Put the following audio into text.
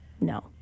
No